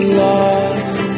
lost